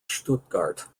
stuttgart